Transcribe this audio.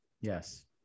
yes